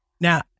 now